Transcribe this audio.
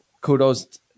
kudos